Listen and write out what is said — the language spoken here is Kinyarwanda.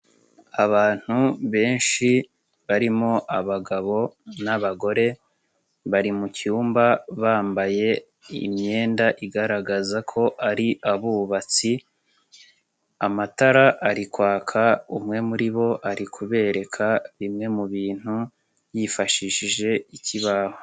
Abantu benshi barimo abagabo n'abagore, bari mu cyumba bambaye imyenda igaragaza ko ari abubatsi, amatara ari kwaka, umwe muri bo ari kubereka bimwe mu bintu yifashishije ikibaho.